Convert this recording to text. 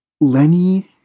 Lenny